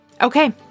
Okay